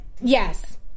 yes